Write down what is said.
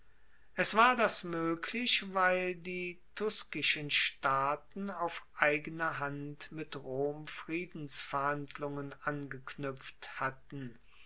es war das moeglich weil die tuskischen staaten auf eigene hand mit rom friedensverhandlungen angeknuepft hatten